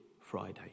Friday